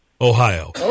Ohio